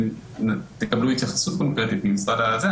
תקבלו התייחסות קונקרטית ממשרד הזה.